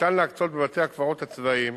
ניתן להקצות בבתי-הקברות הצבאיים